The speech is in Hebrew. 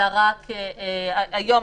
אלא היום,